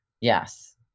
Yes